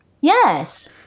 Yes